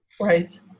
Right